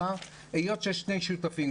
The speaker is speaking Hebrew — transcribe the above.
היות ששני שותפים,